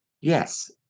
yes